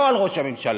לא על ראש הממשלה,